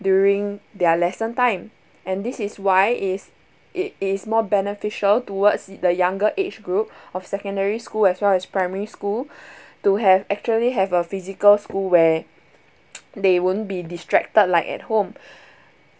during their lesson time and this is why it's it is more beneficial towards the younger age group of secondary school as well as primary school to have actually have a physical school where they won't be distracted like at home